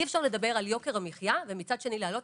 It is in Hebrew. אי אפשר לדבר על יוקר המחיה ומצד שני להעלות